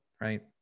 Right